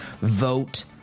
vote